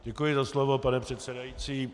Děkuji za slovo, pane předsedající.